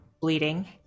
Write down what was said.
bleeding